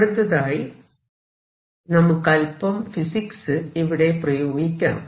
അടുത്തതായി നമുക്ക് അല്പം ഫിസിക്സ് ഇവിടെ പ്രയോഗിക്കാം